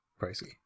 pricey